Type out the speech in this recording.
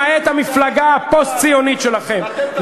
למעט המפלגה הפוסט-ציונית שלכם,